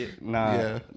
Nah